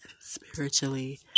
spiritually